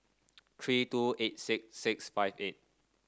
three two eight six six five eight